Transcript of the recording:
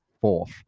fourth